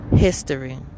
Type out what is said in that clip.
history